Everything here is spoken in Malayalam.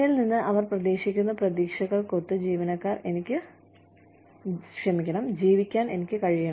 എന്നിൽ നിന്ന് അവർ പ്രതീക്ഷിക്കുന്ന പ്രതീക്ഷകൾക്കൊത്ത് ജീവിക്കാൻ എനിക്ക് കഴിയണം